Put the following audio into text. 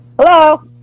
Hello